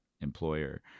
employer